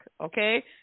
okay